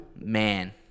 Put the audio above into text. Man